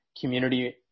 community